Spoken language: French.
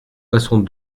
passons